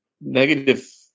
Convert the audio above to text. negative